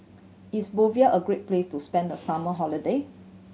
is Bolivia a great place to spend the summer holiday